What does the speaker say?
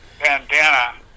Bandana